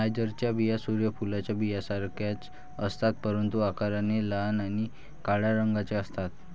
नायजरच्या बिया सूर्य फुलाच्या बियांसारख्याच असतात, परंतु आकाराने लहान आणि काळ्या रंगाच्या असतात